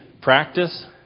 practice